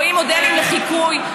רואים מודלים לחיקוי,